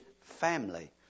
family